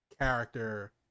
character